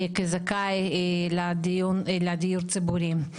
כזכאי לדיור ציבורי?